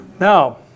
Now